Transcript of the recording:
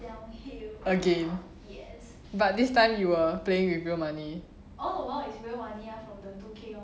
again but this time you're playing with real money